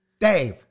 Dave